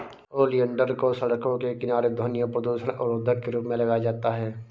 oleander को सड़कों के किनारे ध्वनि और प्रदूषण अवरोधक के रूप में लगाया जाता है